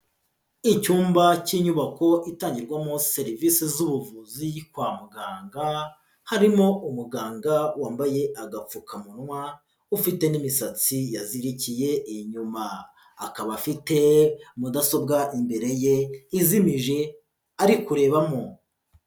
Icyumba cy'inyubako itangirwamo serivisi z'ubuvuzi kwa muganga, harimo umuganga wambaye agapfukamunwa, ufite n'imisatsi yazirikiye inyuma, akaba afite mudasobwa imbere ye izimije ari kurebamo.